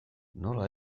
nola